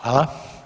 Hvala.